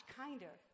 kinder